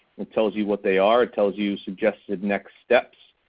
it tells you what they are, it tells you suggested next steps.